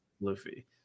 Luffy